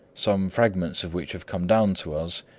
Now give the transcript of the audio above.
some fragments of which have come down to us,